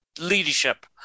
leadership